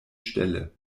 stelle